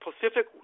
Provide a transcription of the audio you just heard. Pacific